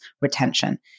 retention